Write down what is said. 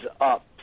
up